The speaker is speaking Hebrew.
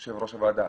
יושב ראש הוועדה,